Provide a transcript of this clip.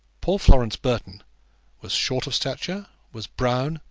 poor florence burton was short of stature, was brown,